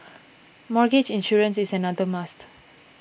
mortgage insurance is another must